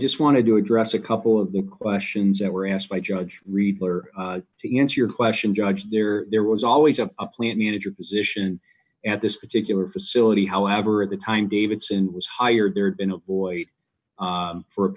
just wanted to address a couple of the questions that were asked by judge reed lawyer to answer your question judge there there was always a a plant manager position at this particular facility however at the time davidson was hired there'd been a void for a